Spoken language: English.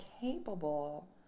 capable